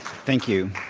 thank you.